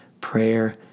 prayer